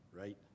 right